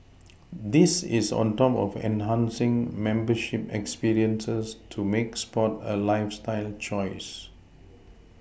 this is on top of enhancing membership experiences to make sport a lifeStyle choice